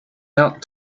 out